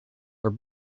were